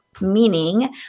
meaning